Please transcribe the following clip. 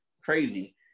crazy